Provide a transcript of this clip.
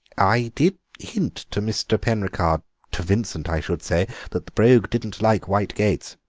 i did hint to mr. penricarde to vincent, i should say that the brogue didn't like white gates,